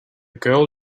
girl